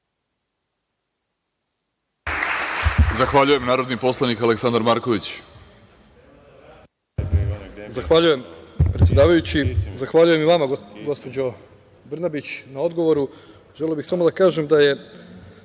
Zahvaljujem. Narodni poslanik Aleksandar Marković